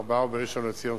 ארבעה ובראשון-לציון,